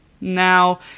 Now